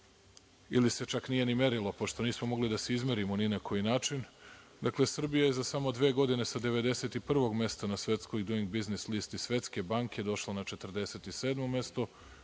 ili se čak nije ni merilo, pošto nismo mogli da se izmerimo ni na koji način. Dakle, Srbija je za samo dve godine sa 91. mesta na svetskoj Duing biznis listi Svetske banke došla na 47. mesto.